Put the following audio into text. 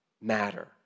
matter